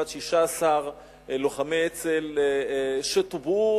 פרט ל-16 לוחמי אצ"ל שטובעו,